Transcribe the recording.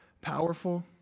powerful